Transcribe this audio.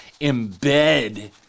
embed